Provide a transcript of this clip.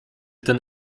ten